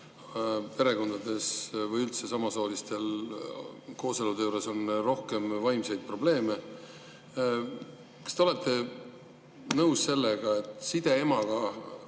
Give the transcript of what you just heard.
perekondades või üldse samasooliste kooselude korral on rohkem vaimseid probleeme. Kas te olete nõus sellega, et side lapse